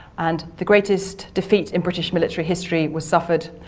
and the greatest defeat in british military history was suffered.